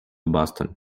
boston